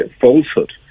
falsehood